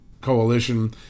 coalition